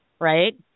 right